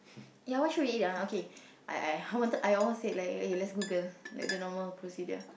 ya what should we eat ah okay I I I wanted I almost said like eh let's Google like the normal procedure